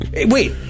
Wait